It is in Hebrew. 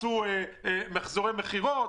מחזורי מכירות,